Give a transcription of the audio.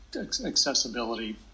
accessibility